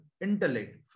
intellect